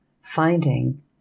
finding